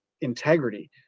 integrity